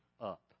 up